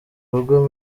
rugo